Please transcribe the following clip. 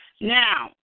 Now